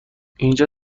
اینجا